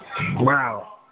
Wow